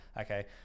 Okay